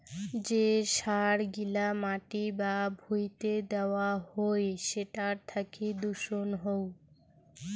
যে সার গিলা মাটি বা ভুঁইতে দেওয়া হই সেটার থাকি দূষণ হউ